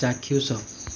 ଚାକ୍ଷୁଷ